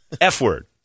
F-word